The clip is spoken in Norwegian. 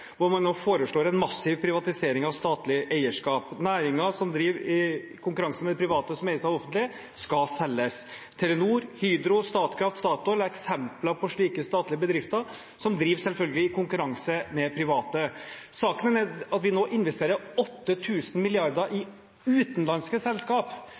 hvor man nå foreslår en massiv privatisering av statlig eierskap. Næringer som driver i konkurranse med private og som eies av det offentlige, skal selges. Telenor, Hydro, Statkraft og Statoil er eksempler på slike statlige bedrifter som selvfølgelig driver i konkurranse med private. Saken er at vi nå investerer 8 000 mrd. kr i utenlandske selskap,